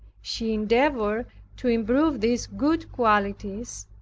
she endeavored to improve these good qualities,